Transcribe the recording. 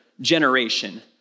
generation